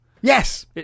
yes